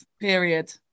period